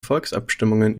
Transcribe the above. volksabstimmungen